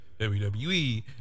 WWE